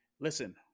Listen